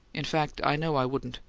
in fact, i know i wouldn't.